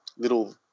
little